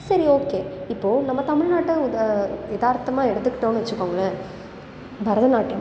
சரி ஓகே இப்போது நம்ம தமிழ்நாட்டை உதா எதார்த்தமாக எடுத்துக்கிட்டோம்ன்னு வெச்சுக்கோங்களேன் பரதநாட்டியம்